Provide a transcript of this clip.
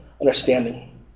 understanding